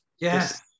Yes